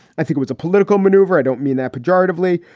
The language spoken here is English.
i think was a political maneuver. i don't mean that pejoratively.